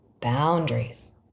Boundaries